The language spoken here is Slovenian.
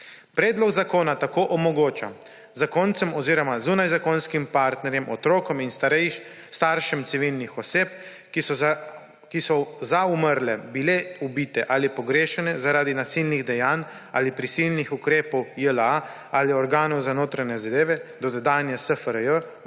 Predlog zakona tako omogoča zakoncem oziroma zunajzakonskim partnerjem, otrokom in staršem civilnih oseb, ki so umrle, bile ubite ali pogrešane zaradi nasilnih dejanj ali prisilnih ukrepov JLA ali organov za notranje zadeve dotedanje SFRJ